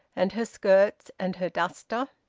and her skirts and her duster.